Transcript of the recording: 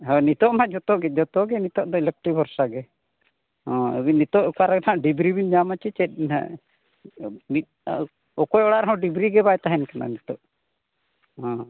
ᱦᱳᱭ ᱱᱤᱛᱚᱜ ᱢᱟᱦᱟᱸᱜ ᱡᱚᱛᱚ ᱜᱮ ᱡᱚᱛᱚ ᱜᱮ ᱱᱤᱛᱚᱜ ᱫᱚ ᱤᱞᱮᱠᱴᱨᱤ ᱵᱷᱚᱨᱥᱟ ᱜᱮ ᱚ ᱟᱹᱵᱤᱱ ᱱᱤᱛᱳᱜ ᱚᱠᱟ ᱨᱮ ᱦᱟᱸᱜ ᱰᱤᱵᱽᱨᱤ ᱵᱚᱱ ᱧᱟᱢᱼᱟ ᱪᱮ ᱪᱮᱫ ᱦᱟᱸᱜ ᱢᱤᱫᱴᱟᱝ ᱚᱠᱚᱭ ᱚᱲᱟᱜ ᱨᱮᱦᱚᱸ ᱰᱤᱵᱽᱨᱤ ᱜᱮ ᱵᱟᱭ ᱛᱟᱦᱮᱱ ᱠᱟᱱᱟ ᱱᱤᱛᱳᱜ ᱦᱮᱸ